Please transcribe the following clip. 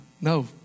No